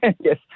Yes